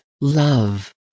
love